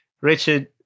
Richard